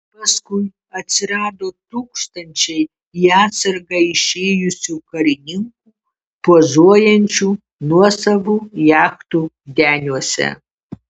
paskui atsirado tūkstančiai į atsargą išėjusių karininkų pozuojančių nuosavų jachtų deniuose